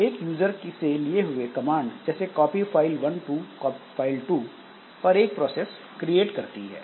यह यूजर से लिए हुए कमांड जैसे कॉपी फाइल 1 टू फाइल 2 पर एक प्रोसेस क्रिएट करती है